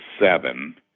seven